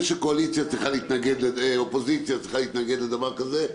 זה שאופוזיציה צריכה להתנגד לדבר כזה,